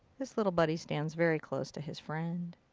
this little buddy stands very close to his friend.